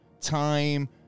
time